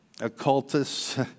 Occultists